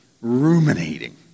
ruminating